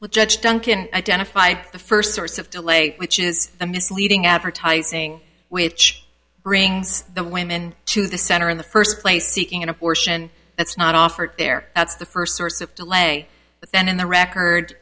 sent judge duncan identify the first source of delay which is a misleading advertising which brings the women to the center in the first place seeking an abortion that's not offered there that's the first source of delay then in the record